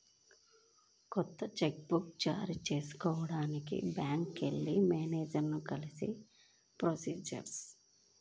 కొత్త cheque book జారీ చేయించుకోడానికి బ్యాంకుకి వెళ్లి మేనేజరుని కలిస్తే ప్రొసీజర్